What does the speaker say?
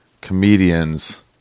comedians